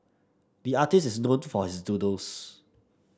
the artist is known for his doodles